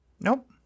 Nope